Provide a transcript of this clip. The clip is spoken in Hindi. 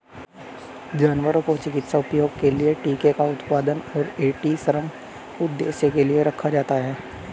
जानवरों को चिकित्सा उपयोग के लिए टीके का उत्पादन और एंटीसीरम उद्देश्यों के लिए रखा जाता है